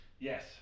Yes